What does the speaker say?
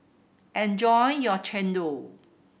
enjoy your chendol